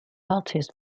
artists